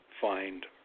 find